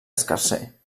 escarser